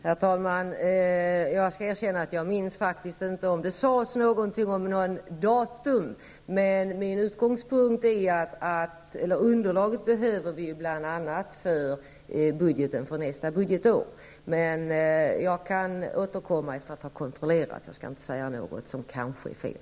Herr talman! Jag skall erkänna att jag faktiskt inte minns om det sades någonting om ett datum. Men utgångspunkten är att underlaget behövs för bl.a. budgetberedningen inför nästa års budget. Jag kan återkomma till frågan efter en kontroll, för jag vill inte säga något som kanske är fel.